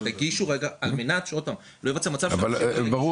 תגישו על מנת שלא ייווצר מצב --- אבל ברור